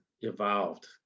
evolved